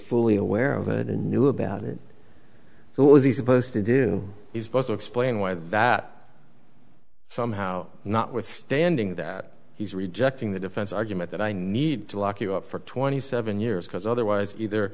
fully aware of it and knew about it what was he supposed to do he's both explain why that somehow not withstanding that he's rejecting the defense argument that i need to lock you up for twenty seven years because otherwise either